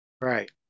Right